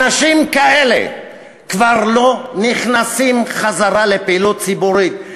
אנשים כאלה כבר לא נכנסים חזרה לפעילות ציבורית.